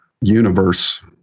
Universe